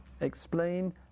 explain